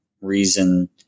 reason